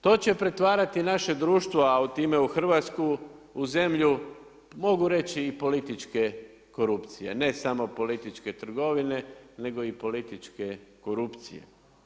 To će pretvarati naše društvo a time i Hrvatsku u zemlju, mogu reći i političke korupcije, ne samo političke trgovine, nego i političke korupcije.